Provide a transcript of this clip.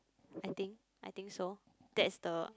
I think I think so that is the